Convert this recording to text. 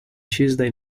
tuesday